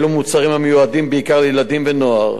אלו מוצרים המיועדים בעיקר לילדים ונוער,